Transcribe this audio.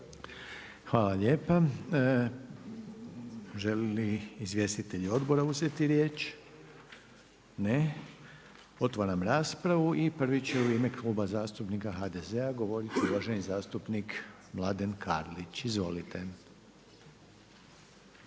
pa onda želi li izvjestitelji odbora uzeti riječ? Ne. Onda idemo na raspravu, prvi se u ime Kluba zastupnika HDZ-a javio uvaženi zastupnik Branko Bačić. **Bačić,